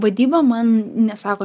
vadyba man nesako